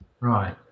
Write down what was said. Right